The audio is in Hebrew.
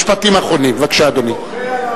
משפטים אחרונים, בבקשה, אדוני.